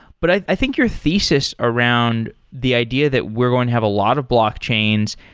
but i think your thesis around the idea that we're going to have a lot of blockchains.